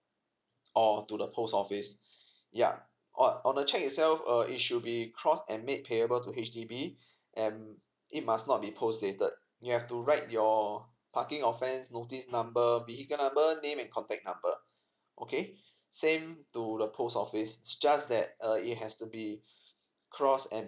or to the post office yup on on the cheque itself err it should be cross and made payable to H_D_B and it must not be post dated you have to write your parking offence notice number vehicle number name and contact number okay same to the post office just that err it has to be cross and